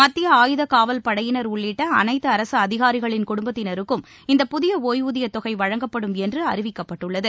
மத்திய ஆயுத காவல் படையினர் உள்ளிட்ட அனைத்து அரசு அதிகாரிகளின் குடும்பத்தினருக்கும் இந்த புதிய ஓய்வூதிய தொகை வழங்கப்படும் என்று அறிவிக்கப்பட்டுள்ளது